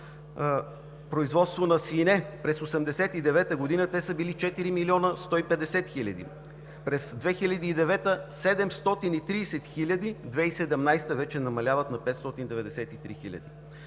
производство на свине, през 1989 г. те са били 4 млн. 150 хил. През 2009 г. – 730 хиляди, 2017 г. вече намаляват на 593 хиляди.